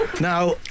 now